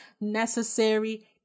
necessary